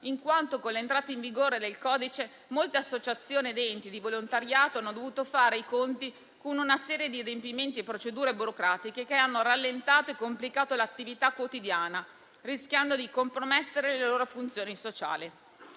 perché, con l'entrata in vigore del codice, molte associazioni ed enti di volontariato hanno dovuto fare i conti con una serie di adempimenti e procedure burocratiche che hanno rallentato e complicato l'attività quotidiana, rischiando di compromettere le loro funzioni sociali.